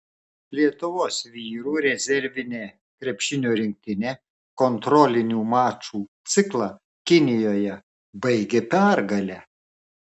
lietuvos vyrų rezervinė krepšinio rinktinė kontrolinių mačų ciklą kinijoje baigė pergale